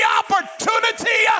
opportunity